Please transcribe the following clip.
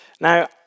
Now